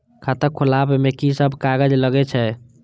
खाता खोलाअब में की सब कागज लगे छै?